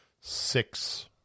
six